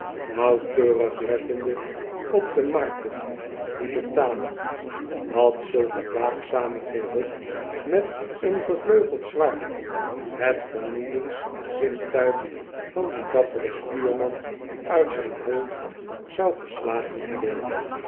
nauwkeurig lettende op de markten die betalen dat zulk een waakzame cherub met een gevleugeld zwaard het vernielings zintuig van dien dapperen stuurman uit zijn hoofd zou geslagen hebben